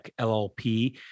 LLP